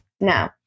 No